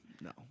no